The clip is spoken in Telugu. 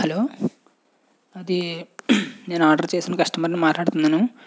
హలో అది నేనూ ఆర్డర్ చేసిన కస్టమర్ని మాట్లాడుతున్నాను